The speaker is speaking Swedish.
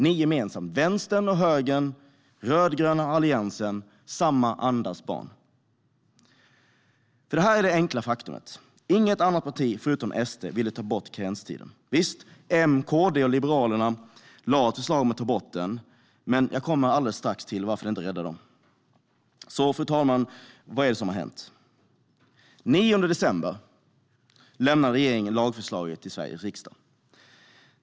Ni gemensamt, vänstern och högern, rödgröna och Alliansen, är samma andas barn. Det enkla faktumet är att inget annat parti förutom SD ville ta bort karenstiden. Visst, M, KD och Liberalerna lade fram ett förslag om att ta bort den, men jag återkommer strax till varför det inte räddade dem. Fru talman! Vad är det som har hänt? Den 9 december lämnade regeringen lagförslaget till Sveriges riksdag.